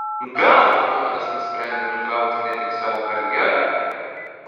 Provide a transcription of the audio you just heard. gal chuanas nusprendė nutraukti ne tik savo karjerą